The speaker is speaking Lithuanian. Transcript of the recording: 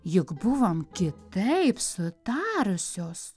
juk buvom kitaip sutarusios